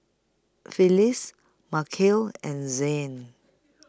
Phyllis Markel and Zane